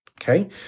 okay